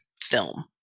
film